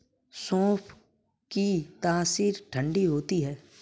सौंफ की तासीर ठंडी होती है